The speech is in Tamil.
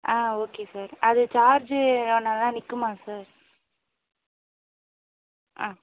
ஆ ஓகே சார் அது சார்ஜு அவ்வளோ நல்லா நிற்குமா சார் ஆ